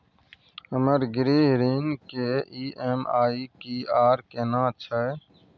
हमर गृह ऋण के ई.एम.आई की आर केना छै?